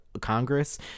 Congress